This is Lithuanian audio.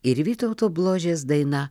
ir vytauto bložės daina